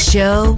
Show